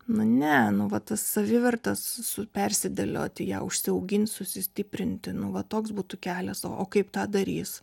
nu ne nu va tas savivertes su persidėlioti ją užsiaugint susistiprinti nu va toks būtų kelias o o kaip tą darys